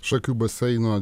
šakių baseino